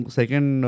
second